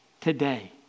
today